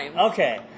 Okay